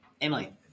Emily